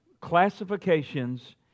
classifications